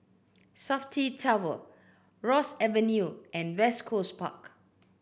Safti Tower Ross Avenue and West Coast Park